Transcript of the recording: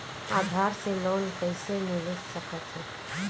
आधार से लोन कइसे मिलिस सकथे?